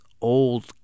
old